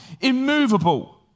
immovable